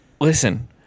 listen